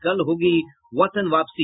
कल होगी वतन वापसी